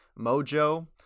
mojo